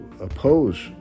oppose